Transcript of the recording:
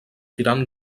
tirant